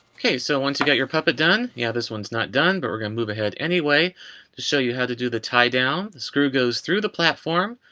okay, so once you get your puppet done, yeah, this one's not done but we're gonna move ahead anyway to show you how to do the tie down. the screw goes through the platform,